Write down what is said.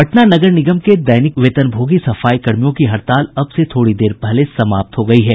पटना नगर निगम के दैनिक वेतनभोगी सफाई कर्मियों की हड़ताल अब से थोड़ी देर पहले समाप्त हो गयी है